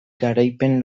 garaipen